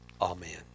amen